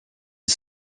est